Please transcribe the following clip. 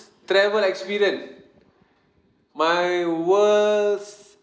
travel experience my worst